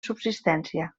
subsistència